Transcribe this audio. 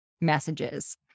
messages